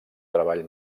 treball